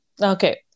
Okay